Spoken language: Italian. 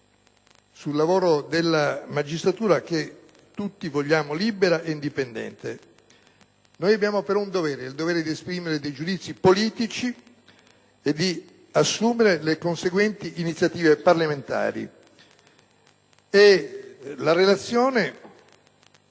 sul lavoro della magistratura che tutti vogliamo libera ed indipendente. Abbiamo però il dovere di esprimere giudizi politici e di assumere le conseguenti iniziative parlamentari. La relazione